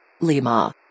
Lima